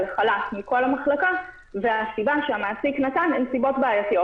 לחל"ת מכל המחלקה והסיבה שהמעסיק נתן הן סיבות בעייתיות,